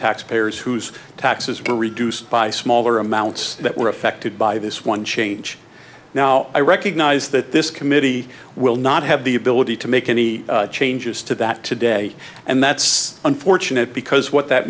tax payers whose taxes were reduced by smaller amounts that were affected by this one change now i recognize that this committee will not have the ability to make any changes to that today and that's unfortunate because what that